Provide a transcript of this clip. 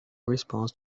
response